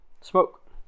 smoke